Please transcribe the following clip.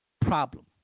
problem